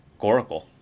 Goracle